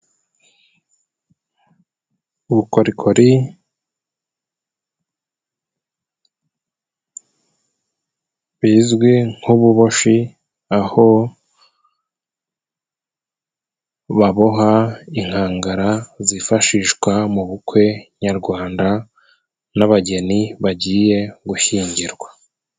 Ubukorikori bizwi nk'ububoshi, aho baboha inkangara zifashishwa mu bukwe nyarwanda n'abageni, bagiye gushyingirwa.